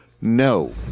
no